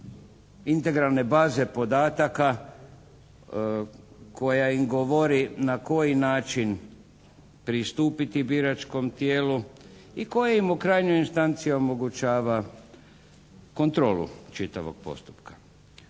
integralne baze podataka koja im govori na koji način pristupiti biračkom tijelu i koja im u krajnjoj instanciji omogućava kontrolu čitavog postupka.